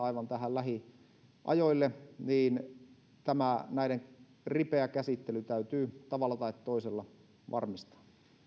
aivan tähän lähiajoille niin tämä näiden ripeä käsittely täytyy tavalla tai toisella varmistaa